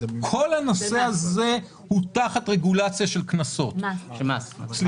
כל הנושא הזה הוא תחת רגולציה של מס, לא